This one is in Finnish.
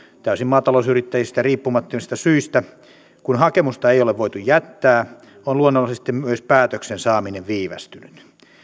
täysin maatalousyrittäjistä riippumattomista syistä kun hakemusta ei ole voitu jättää on luonnollisesti myös päätöksen saaminen viivästynyt